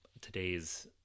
today's